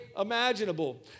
imaginable